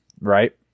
Right